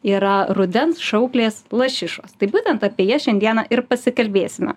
yra rudens šauklės lašišos tai būtent apie jas šiandieną ir pasikalbėsime